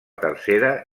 tercera